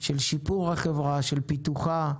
של שיפור החברה, של פיתוחה,